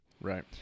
Right